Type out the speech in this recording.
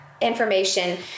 information